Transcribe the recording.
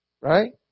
right